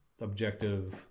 objective